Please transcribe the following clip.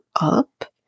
up